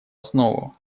основу